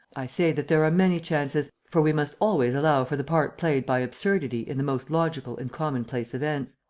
i say that there are many chances, for we must always allow for the part played by absurdity in the most logical and commonplace events.